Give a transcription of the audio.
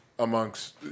amongst